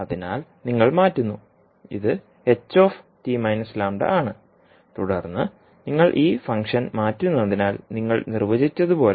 അതിനാൽ നിങ്ങൾ മാറ്റുന്നു ഇത് ആണ് തുടർന്ന് നിങ്ങൾ ഈ ഫംഗ്ഷൻ മാറ്റുന്നതിനാൽ നിങ്ങൾ നിർവചിച്ചതുപോലെ